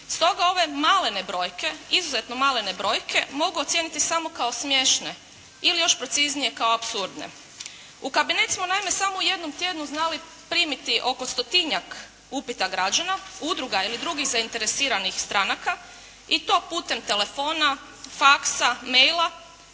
stoga ove malene brojke, izuzetno malene brojke mogu ocijeniti samo kao smiješne ili još preciznije kao apsurdne. U kabinet smo naime samo u jednom tjednu znali primiti oko stotinjak upita građana, udruga ili drugih zainteresiranih stranaka i to putem telefona, fax-a, maila,